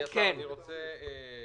אני רוצה